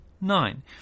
nine